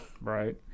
Right